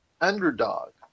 underdog